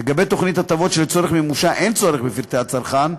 לגבי תוכנית הטבות שלצורך מימושה אין צורך בפרטי הצרכן,